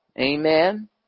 amen